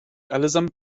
allesamt